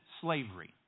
slavery